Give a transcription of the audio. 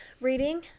Reading